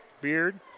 Beard